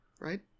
right